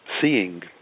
seeing